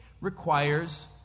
requires